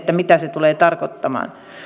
mitä se tulee tarkoittamaan